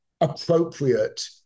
appropriate